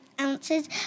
ounces